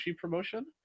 promotion